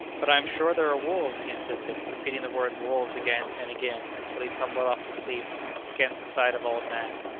but i am sure there are wolves, he insisted, repeating the word wolves again and again, until he tumbled off to sleep against the side of old nan.